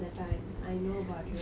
I know about you